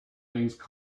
these